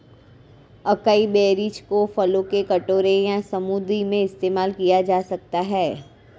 acai berries को फलों के कटोरे या स्मूदी में इस्तेमाल किया जा सकता है